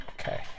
Okay